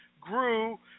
grew